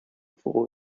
four